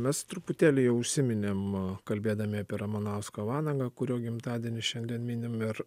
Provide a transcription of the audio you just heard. mes truputėlį jau užsiminėm kalbėdami apie ramanauską vanagą kurio gimtadienį šiandien minim ir